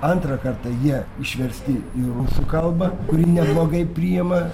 antrą kartą jie išversti į rusų kalbą kuri neblogai priima